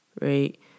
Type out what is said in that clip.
right